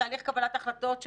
תהליך קבלת החלטות,